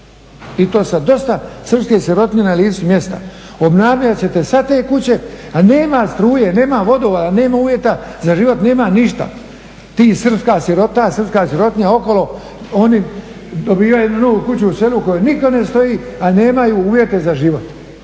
i to sad dosta srpskih sirotinja na licu mjesta. Obnavljat ćete sad te kuće, a nema struje, nema vodovoda, nema uvjeta za život, nema ništa. Ta srpska sirotinja okolo oni dobivaju jednu novu kuću u selu u kojoj niko ne stoji, a nemaju uvjete za život.